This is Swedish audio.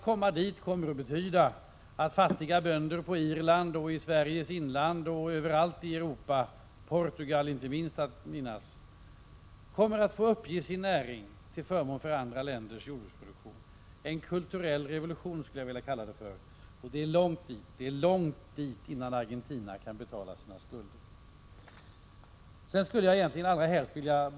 Vägen dit kommer att betyda att fattiga bönder på Irland, i Sveriges inland och överallt i Europa -—- inte minst i Portugal — kommer att få uppge sin näring till förmån för andra länders jordbruksproduktion. En kulturell revolution skulle jag vilja kalla det för. Det är långt dit, innan Argentina kan betala sina skulder.